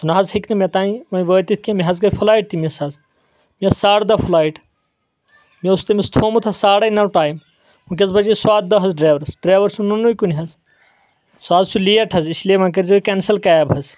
سُہ نہ حظ ہٮ۪کہِ نہٕ مےٚ تام وۄنۍ وٲتتھ کینٛہہ مےٚ حظ گٔے فٕلایٹ تہِ مِس حظ یہِ ٲس ساڑٕ دہ فٕلایٹ مےٚ اوس تٔمِس تھوومُت ساڑے نو ٹایِم ؤنکیٚس بجے سوادٕ دہ حظ ڈرایورس ڈرایور چھُنہٕ نونُے کُنہِ حظ سُہ حظ چھُ لیٹ حظ اسلیے وۄنۍ کٔرۍ زیو یہِ کینسل کیب حظ